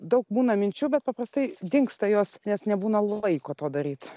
daug būna minčių bet paprastai dingsta jos nes nebūna laiko to daryt